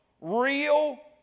real